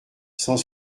cent